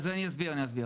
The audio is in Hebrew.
אני אסביר.